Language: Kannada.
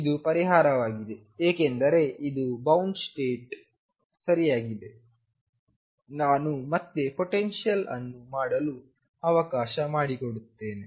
ಇದು ಪರಿಹಾರವಾಗಿದೆ ಏಕೆಂದರೆ ಇದು ಬೌಂಡ್ ಸ್ಟೇಟ್ ಸರಿಯಾಗಿದೆ ನಾನು ಮತ್ತೆ ಪೊಟೆನ್ಶಿಯಲ್ ಅನ್ನು ಮಾಡಲು ಅವಕಾಶ ಮಾಡಿಕೊಡುತ್ತೇನೆ